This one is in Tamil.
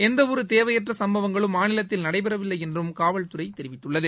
எந்தவொரு தேவையற்ற சும்பவங்களும் மாநிலத்தில் நடைபெறவில்லை என்று காவல்துறை தெரிவித்துள்ளது